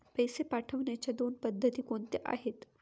पैसे पाठवण्याच्या दोन पद्धती कोणत्या आहेत?